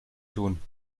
tun